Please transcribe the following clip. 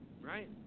Right